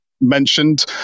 mentioned